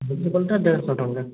ଦୁଇଶହ ଟଙ୍କା ଦେଢ଼ଶହ ଟଙ୍କା